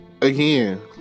again